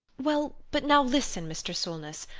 well, but now listen, mr. solness.